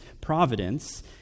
providence